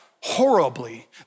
horribly